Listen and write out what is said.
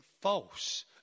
false